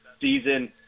season